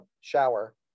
shower